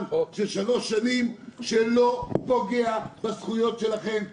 של שלוש שנים שלא פוגע בזכויות שלכם,